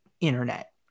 internet